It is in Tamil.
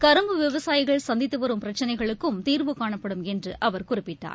கரும்பு விவசாயிகள் சந்தித்துவரும் பிரச்சினைகளுக்கும் தீர்வு காணப்படும் என்றுஅவர் குறிப்பிட்டார்